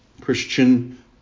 Christian